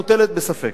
מוטלת בספק.